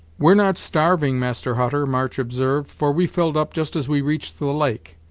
we're not starving, master hutter, march observed, for we filled up just as we reached the lake,